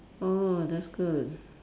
oh that's good